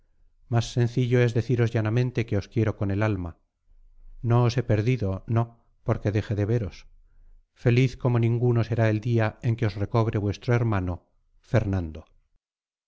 más sencillo es deciros llanamente que os quiero con el alma no os he perdido no porque deje de veros feliz como ninguno será el día en que os recobre vuestro hermano fernando